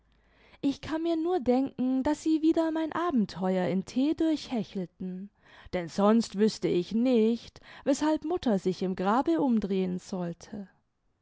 ich kann nur nur denken daß sie wieder mein abenteuer in t durchhechelten denn sonst wüßte ich nicht weshalb mutter sich im grabe umdrehen sollte